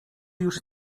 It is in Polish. już